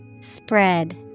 Spread